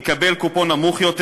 יקבל קופון נמוך יותר,